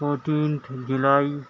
fourteenth July